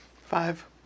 Five